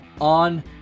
on